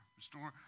restore